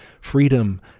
freedom